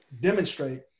demonstrate